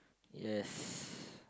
yes